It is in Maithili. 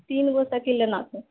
तीन गो साइकिल लेना छै